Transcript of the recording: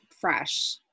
fresh